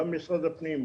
גם משרד הפנים,